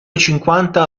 cinquanta